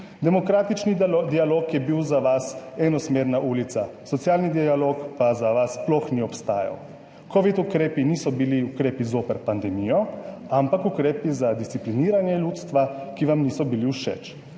Demokratični dialog je bil za vas enosmerna ulica, socialni dialog pa za vas sploh ni obstajal. Kovidni ukrepi niso bili ukrepi zoper pandemijo, ampak ukrepi za discipliniranje ljudstva, ki vam ni bilo všeč.